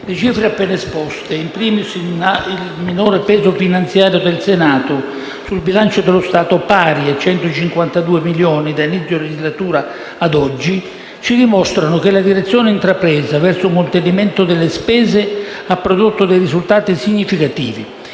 Le cifre appena esposte - *in primis* il minore peso finanziario del Senato sul bilancio dello Stato pari a 152 milioni di euro da inizio legislatura ad oggi - ci dimostrano che la direzione intrapresa verso un contenimento delle spese ha prodotto dei risultati significativi.